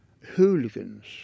hooligans